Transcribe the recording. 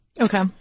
Okay